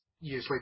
usually